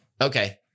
Okay